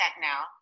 now